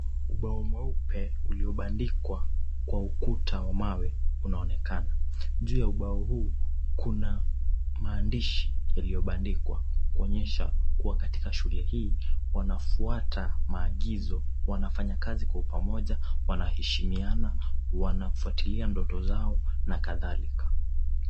Ubao mweupe uliobandikwa kwa ukuta wa mawe unaonekana. Juu ya ubao huu kuna maandishi yaliyobandikwa ,kuonyesha kuwa katika shule hii wanafuata maagizo, wanafanya kazi kwa pamoja, wanaheshimiana wanafuatilia ndoto zao na kadhalika.